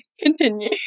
continue